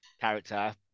character